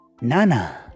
Nana